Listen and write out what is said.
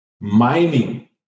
Mining